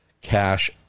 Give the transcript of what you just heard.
cash